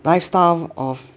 lifestyle of